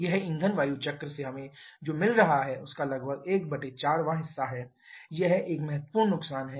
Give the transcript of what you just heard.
यह ईंधन वायु चक्र से हमें जो भी मिल रहा है उसका लगभग 14 वां हिस्सा है यह एक महत्वपूर्ण नुकसान है